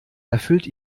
erfüllt